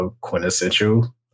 quintessential